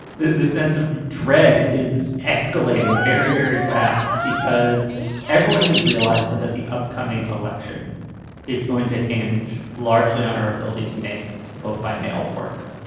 the the sense of dread is escalating very, very fast because everyone has realized that the upcoming election is going to hinge largely on our ability to make vote by mail work.